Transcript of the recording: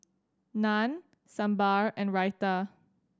Naan Sambar and Raita